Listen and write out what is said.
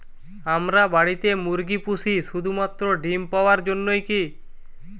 আমরা বাড়িতে মুরগি পুষি শুধু মাত্র ডিম পাওয়ার জন্যই কী?